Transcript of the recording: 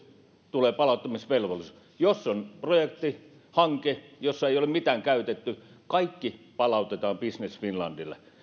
tulee palauttamisvelvollisuus jos on projekti hanke jossa ei ole mitään käytetty kaikki palautetaan business finlandille